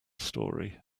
story